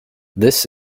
this